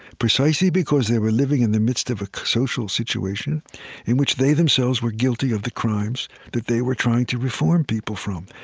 precisely because they were living in the midst of a social situation in which they themselves were guilty of the crimes that they were trying to reform people from.